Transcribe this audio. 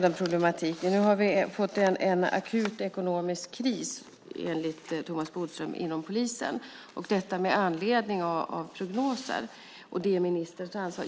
den problematiken. Nu har vi fått en akut ekonomisk kris inom polisen, enligt Thomas Bodström, detta med anledning av prognoser, och det är ministerns ansvar.